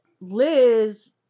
liz